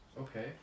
Okay